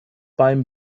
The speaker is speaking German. beim